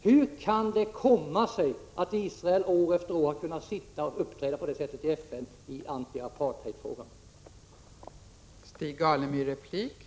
Hur kan det komma sig att Israel år efter år har kunnat uppträda på det sättet i FN i antiapartheidfrågan?